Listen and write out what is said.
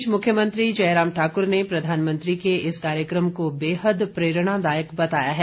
इस बीच मुख्यमंत्री जयराम ठाकुर ने प्रधानमंत्री के इस कार्यक्रम को बेहद प्रेरणादायक बताया है